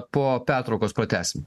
po pertraukos pratęsim